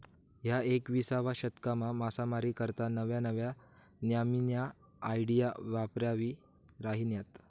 ह्या एकविसावा शतकमा मासामारी करता नव्या नव्या न्यामीन्या आयडिया वापरायी राहिन्यात